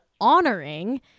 honoring